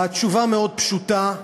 התשובה מאוד פשוטה: